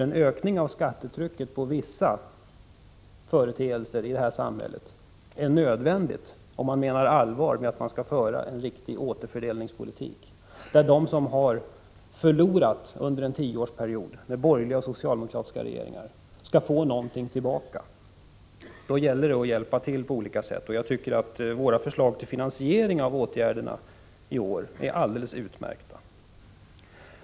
En ökning av skattetrycket på vissa företeelser i det här samhället är nödvändig, om man menar allvar med att man skall föra en riktig återfördelningspolitik. Om de som har förlorat under en tioårsperiod med borgerliga och socialdemokratiska regeringar skall få någonting tillbaka, då gäller det att hjälpa till på olika sätt. Jag tycker att våra förslag till finansiering av åtgärderna i år är alldeles utmärkta.